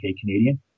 Canadian